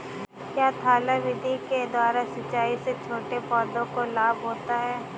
क्या थाला विधि के द्वारा सिंचाई से छोटे पौधों को लाभ होता है?